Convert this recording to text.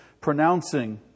pronouncing